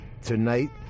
tonight